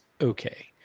okay